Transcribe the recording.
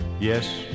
yes